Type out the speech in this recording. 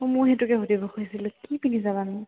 অঁ ময়ো সেইটোকে সুধিব খুজিছিলোঁ কি পিন্ধি যাবানো